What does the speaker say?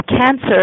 cancer